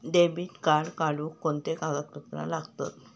Debit card काढुक कोणते कागदपत्र लागतत?